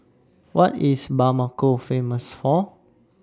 What IS Bamako Famous For